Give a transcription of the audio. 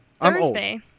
Thursday